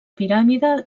piràmide